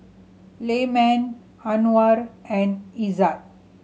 Anuar and Izzat